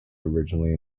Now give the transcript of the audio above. originally